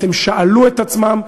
הם שאלו את עצמם,